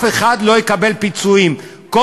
אני אמרתי את זה,